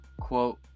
Quote